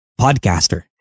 Podcaster